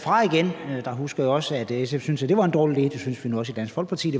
fra igen. Der husker jeg også at SF syntes det var en dårlig idé. Det syntes vi nu også i Dansk Folkeparti